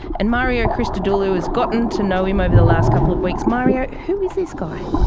and mario christodoulou has gotten to know him over the last couple of weeks. mario, who is this guy?